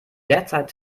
derzeit